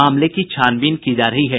मामले की छानबीन की जा रही है